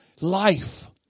life